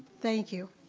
thank you.